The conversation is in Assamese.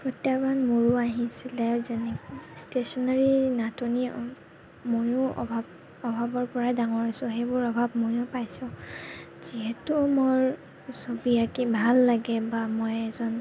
প্ৰত্য়াহ্বান মোৰো আহিছিলে ষ্টেচনাৰী নাটনি ময়ো অভাৱ অভাৱৰ পৰা ডাঙৰ হৈছো সেইবোৰ অভাৱ ময়ো পাইছো যিহেতু মোৰ ছবি আঁকি ভাল লাগে বা মই এজন